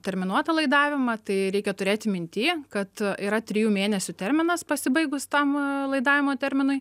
terminuotą laidavimą tai reikia turėti minty kad yra trijų mėnesių terminas pasibaigus tam laidavimo terminui